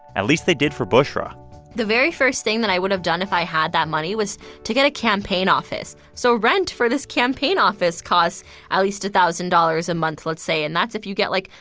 at least they did for bushra the very first thing that i would have done if i had that money was to get a campaign office. so rent for this campaign office costs at least a thousand dollars a month, let's say. and that's if you get, like,